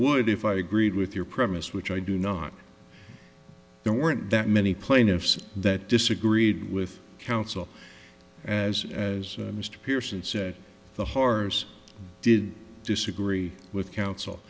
would if i agreed with your premise which i do not there weren't that many plaintiffs that disagreed with counsel as as mr pearson said the whores did disagree with coun